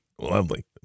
Lovely